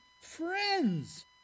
friends